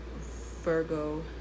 Virgo